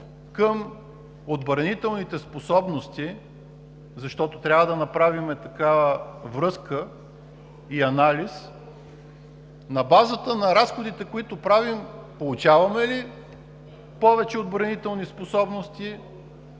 към отбранителните способности, защото трябва да направим такава връзка и анализ, на базата на разходите, които правим, получаваме ли повече отбранителни способности,